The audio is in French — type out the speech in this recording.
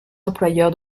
employeur